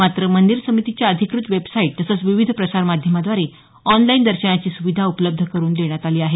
मात्र मंदिर समितीच्या अधिकृत वेबसाईट तसंच विविध प्रसार माध्यमाद्वारे ऑनलाईन दर्शनाची सुविधा उपलब्ध करुन देण्यात आली आहे